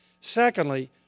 Secondly